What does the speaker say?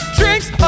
drinks